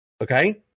Okay